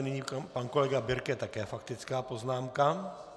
Nyní pan kolega Birke také s faktickou poznámkou.